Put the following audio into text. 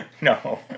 No